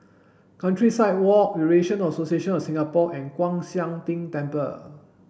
Countryside Walk Eurasian Association of Singapore and Kwan Siang Tng Temple